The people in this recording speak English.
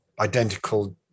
identical